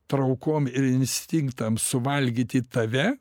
traukom ir instinktams suvalgyti tave